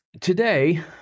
Today